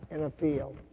and a feel.